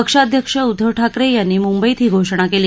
पक्षाध्यक्ष उद्दव ठाकरे यांनी मुंबईत ही घोषणा केली